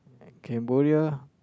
Cambodia